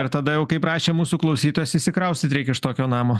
ir tada jau kaip rašė mūsų klausytojas išsikraustyt reikia iš tokio namo